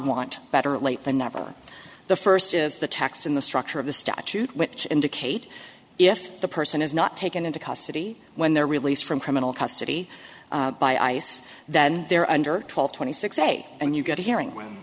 want better late than never the first is the tax in the structure of the statute which indicate if the person is not taken into custody when they're released from criminal custody by ice then they're under twelve twenty six say and you get a hearing one